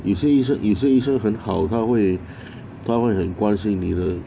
有些医生有些医生很好他会他会很关心你的